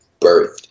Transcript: birthed